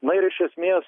na ir iš esmės